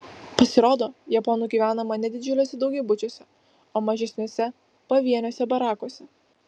pasirodo japonų gyvenama ne didžiuliuose daugiabučiuose o mažesniuose pavieniuose barakuose